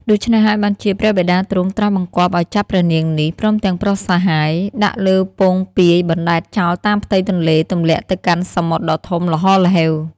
ដូច្នេះហើយ បានជាព្រះបិតាទ្រង់ត្រាស់បង្គាប់ឲ្យចាប់ព្រះនាងនេះ ព្រមទាំងប្រុសសាហាយ ដាក់លើពោងពាយបណ្ដែតចោលតាមផ្ទៃទន្លេ ទម្លាក់ទៅកាន់សមុទ្រដ៏ធំល្ហល្ហេវ។